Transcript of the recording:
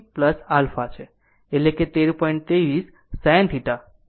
23 sin ω t α છે એટલે કે 13